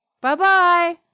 Bye-bye